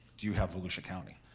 do you have volusia county?